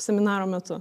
seminaro metu